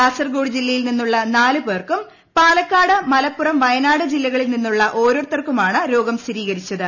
കാസർഗോഡ് ജില്ലയിൽ നിന്നുള്ളൂ നീാല് പേർക്കും പാലക്കാട് മലപ്പുറം വയനാട് ജില്ലകളിൽ ്ണിന്നുള്ള ഓരോരുത്തർക്കുമാണ് രോഗം സ്ഥിരീകരിച്ചത്